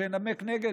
שינמק נגד,